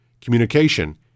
communication